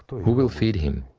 who will feed him?